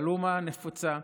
מיאלומה נפוצה,